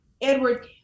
Edward